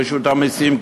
רשות המסים,